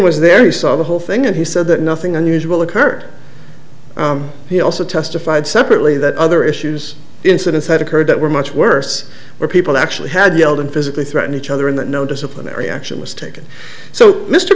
was there who saw the whole thing and he said that nothing unusual occurred he also testified separately that other issues incidents that occurred that were much worse where people actually had yelled and physically threatened each other in that no disciplinary action was taken so mr